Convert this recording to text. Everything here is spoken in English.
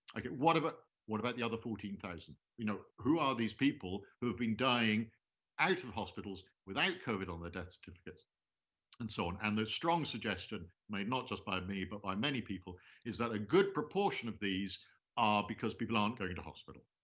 like what but what about the other fourteen thousand? you know, who are these people who have been dying out of hospitals without covid on their death certificates and so on? and the strong suggestion made not just by me but by many people is that a good proportion of these are because people aren't going to hospital.